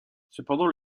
cependant